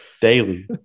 daily